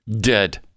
Dead